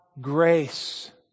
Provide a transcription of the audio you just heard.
grace